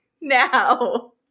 now